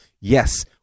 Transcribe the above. Yes